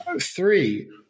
Three